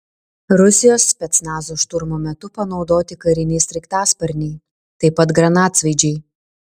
rusijos specnazo šturmo metu panaudoti kariniai sraigtasparniai taip pat granatsvaidžiai